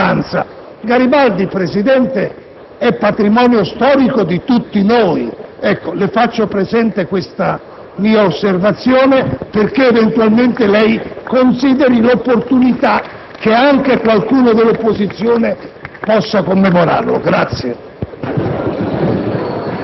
e di un componente della maggioranza: Garibaldi, signor Presidente, è patrimonio storico di tutti noi. Le faccio presente questa mia osservazione perché eventualmente consideri l'opportunità che anche qualcuno dell'opposizione possa commemorarlo.